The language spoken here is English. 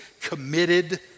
committed